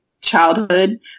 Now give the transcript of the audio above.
childhood